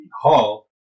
Hall